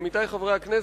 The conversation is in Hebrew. עמיתי חברי הכנסת,